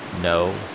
No